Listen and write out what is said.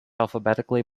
alphabetically